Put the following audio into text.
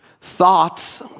Thoughts